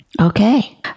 Okay